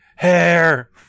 hair